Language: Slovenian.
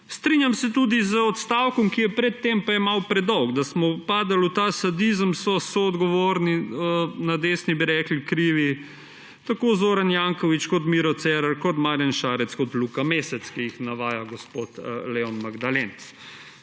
Strinjam se tudi z odstavkom, ki je pred tem, pa je malo predolg, da smo padli v ta sadizem, so soodgovorni – na desni bi rekli krivi – tako Zoran Janković kot Miro Cerar, kot Marjan Šarec, kot Luka Mesec, ki jih navaja gospod Leon Magdalenc.